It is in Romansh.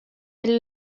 ella